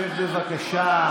שב, בבקשה.